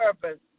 purpose